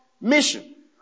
mission